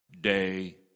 day